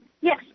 Yes